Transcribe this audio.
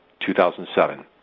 2007